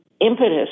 impetus